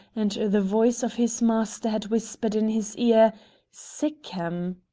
and the voice of his master had whispered in his ear sick'em!